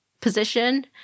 position